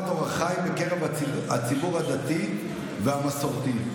בקרב הציבור הדתי והמסורתי.